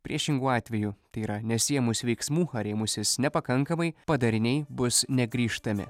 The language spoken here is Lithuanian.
priešingu atveju tai yra nesiėmus veiksmų ar ėmusis nepakankamai padariniai bus negrįžtami